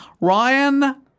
Ryan